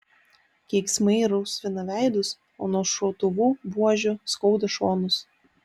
keiksmai rausvina veidus o nuo šautuvų buožių skauda šonus